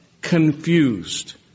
confused